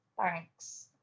Thanks